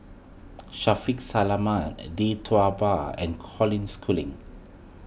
Shaffiq Selamat Tee Tua Ba and Colin Schooling